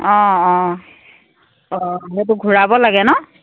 অঁ অঁ অঁ সেইটো ঘূৰাব লাগে নহ্